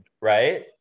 right